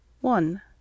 one